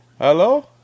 Hello